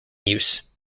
use